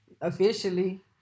officially